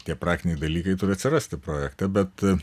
tie praktiniai dalykai turi atsirasti projekte bet